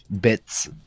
bits